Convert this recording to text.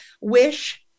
Wish